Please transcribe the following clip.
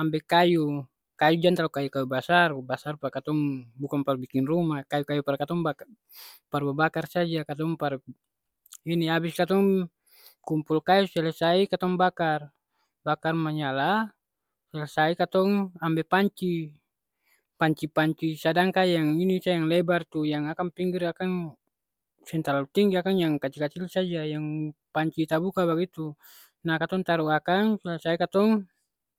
ambe kayu. Kayu jang talalu kayu kayu basar. Basar par katong bukang par biking rumah. Kayu-kayu par katong bakar par babakar saja. Katong par ini. Abis katong kumpul kayu selesai, katong bakar. Bakar manyala selesai, katong ambe panci. Panci panci sadang ka yang ini sa yang lebar tu yang akang pinggir akang seng talalu tinggi, akang yang kacil-kacil saja yang panci tabuka bagitu. Na katong taru akang selesai katong